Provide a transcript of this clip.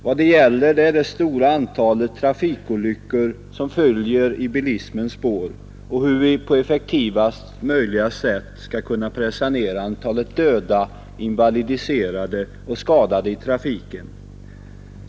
Vad saken gäller är det stora antalet trafikolyckor som följer i bilismens spår och hur vi på effektivaste möjliga sätt skall kunna pressa ner antalet döda, invalidiserade och skadade i trafiken.